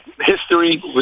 history